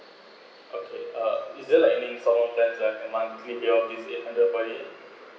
okay uh is there any some more plan that I can monthly pay of within hundred point eight